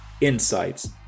insights